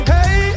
Hey